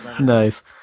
Nice